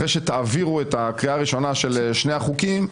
אחרי שתעבירו את הקריאה הראשונה של שני החוקים,